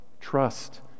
Trust